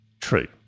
True